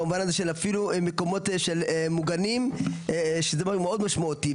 במובן הזה של אפילו מקומות מוגנים שזה דבר מאוד משמעותי,